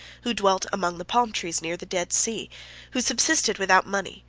who dwelt among the palm-trees near the dead sea who subsisted without money,